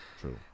true